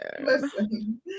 Listen